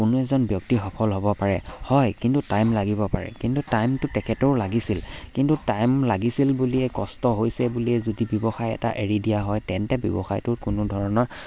কোনো এজন ব্যক্তি সফল হ'ব পাৰে হয় কিন্তু টাইম লাগিব পাৰে কিন্তু টাইমটো তেখেতেও লাগিছিল কিন্তু টাইম লাগিছিল বুলিয়ে কষ্ট হৈছে বুলিয়ে যদি ব্যৱসায় এটা এৰি দিয়া হয় তেন্তে ব্যৱসায়টোত কোনো ধৰণৰ